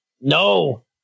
No